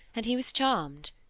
and he was charmed.